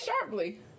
sharply